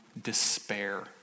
despair